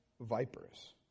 vipers